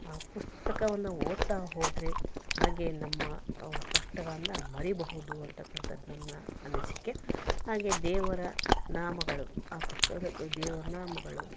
ಆ ಪುಸ್ತಕವನ್ನು ಓದ್ತಾ ಹೋದರೆ ಹಾಗೆ ನಮ್ಮ ಕಷ್ಟಗಳನ್ನು ಮರಿಬಹುದು ಅನ್ನತಕ್ಕಂಥದ್ದು ನನ್ನ ಅನಿಸಿಕೆ ಹಾಗೆ ದೇವರ ನಾಮಗಳು ಆ ಪುಸ್ತಕದ ದೇವರ ನಾಮಗಳು